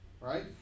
right